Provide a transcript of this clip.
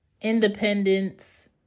independence